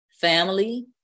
family